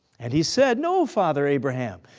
and he said, no, father abraham,